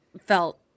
Felt